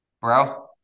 Bro